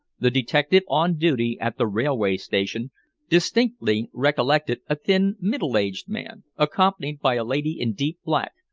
the detective on duty at the railway station distinctly recollected a thin middle-aged man, accompanied by a lady in deep black,